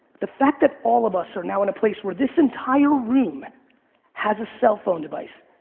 the fact that all of us are now in a place where this entire room has a cell phone device,